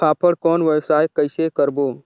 फाफण कौन व्यवसाय कइसे करबो?